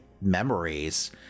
memories